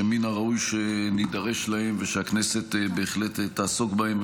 ומן הראוי שנידרש להן ושהכנסת בהחלט תעסוק בהן.